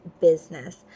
business